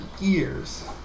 years